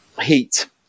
heat